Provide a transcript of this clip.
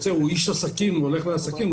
איש עסקים והוא נוסע לשם עסקים,